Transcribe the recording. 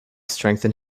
strengthen